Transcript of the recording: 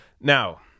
Now